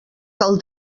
cal